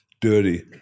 dirty